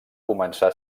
començar